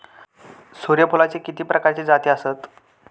सूर्यफूलाचे किती प्रकारचे जाती आसत?